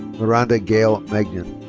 miranda gayle magnan.